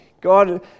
God